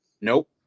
Nope